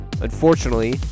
Unfortunately